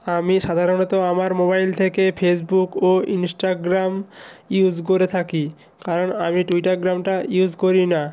আমি সাধারণত আমার মোবাইল থেকে ফেসবুক ও ইন্সটাগ্রাম ইউস করে থাকি কারণ আমি টুইটাগ্রামটা ইউস করি না